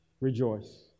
rejoice